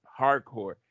hardcore